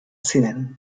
ziren